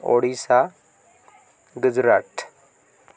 Odisha Gujarat